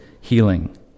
healing